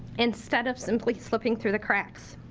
instead of simply slipping through the cracks.